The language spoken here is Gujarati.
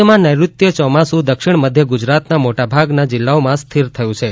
રાજ્યમાં નૈત્રત્ય ચોમાસું દક્ષિણ મધ્ય ગુજરાતના મોટાભાગના જિલ્લાઓમાં સ્થિર થયું છે